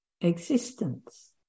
existence